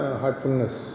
heartfulness